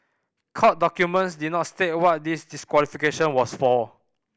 court documents did not state what this disqualification was for